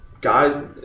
guys